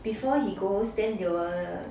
before he goes then they will